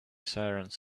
sirens